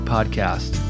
Podcast